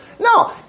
No